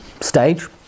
stage